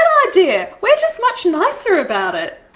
idea? we're just much nicer about it.